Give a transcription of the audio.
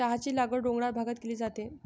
चहाची लागवड डोंगराळ भागात केली जाते